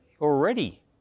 already